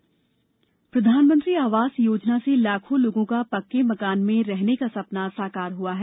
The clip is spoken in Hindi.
आवास योजना प्रधानमंत्री आवास योजना से लाखों लोगों का पक्के मकान में रहने का सपना साकार हुआ है